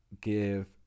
give